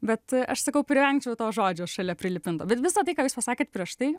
bet aš sakau privengčiau to žodžio šalia prilipinto bet visa tai ką jūs pasakėt prieš tai